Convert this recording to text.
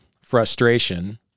frustration